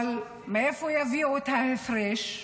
אבל מאיפה יביאו את ההפרש?